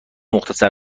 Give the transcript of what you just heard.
مختصر